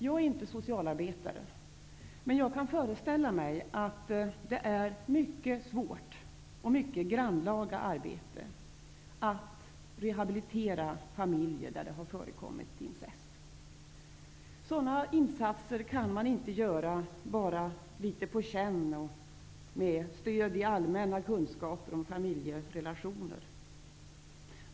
Jag är inte socialarbetare, men jag kan föreställa mig att det är ett mycket svårt och mycket grannlaga arbete att rehabilitera familjer där det förekommer incest. Sådana insatser kan man inte göra bara på känn och med stöd av allmänna kunskaper om familjerelationer.